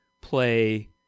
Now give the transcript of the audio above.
play